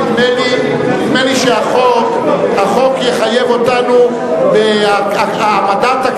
אני קובע שההצעה נתקבלה והעניין יועבר לדיון בוועדה,